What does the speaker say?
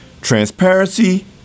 transparency